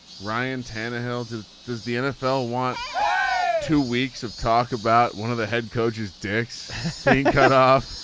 ryan tannehill too does the nfl want two weeks of talk about one of the head coaches dicks cut off.